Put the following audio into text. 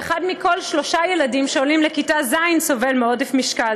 ואחד מכל שלושה ילדים שעולים לכיתה ז' סובל מעודף משקל.